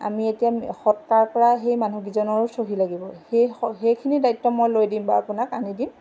আমি এতিয়া সৎকাৰ কৰা সেই মানুহকেইজনৰো চহী লাগিব সেই সেইখিনি দায়িত্ব মই লৈ দিম বাৰু আপোনাক আনি দিম